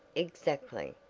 exactly.